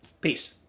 Peace